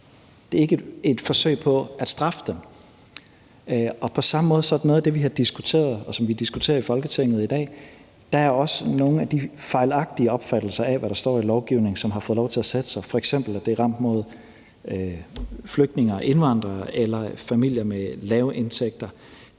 det er ikke et forsøg på at straffe dem. På samme måde er det også med noget af det, vi har diskuteret, og som vi diskuterer i Folketinget i dag, altså at det også er nogle af de fejlagtige opfattelser af, hvad der står i lovgivningen, som har fået lov til at sætte sig, f.eks. at det er rettet mod flygtninge og indvandrere eller familier med lave indtægter.